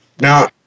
Now